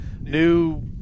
New. –